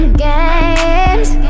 games